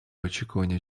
очікування